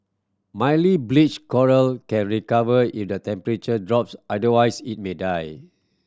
mildly bleached coral can recover if the temperature drops otherwise it may die